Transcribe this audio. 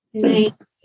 thanks